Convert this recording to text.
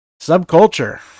Subculture